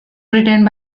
written